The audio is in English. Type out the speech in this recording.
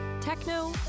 techno